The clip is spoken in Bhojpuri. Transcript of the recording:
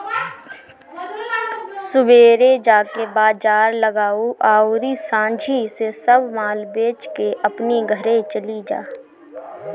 सुबेरे जाके बाजार लगावअ अउरी सांझी से सब माल बेच के अपनी घरे चली जा